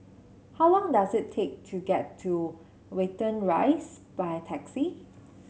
how long does it take to get to Watten Rise by taxi